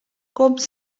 komt